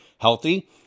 healthy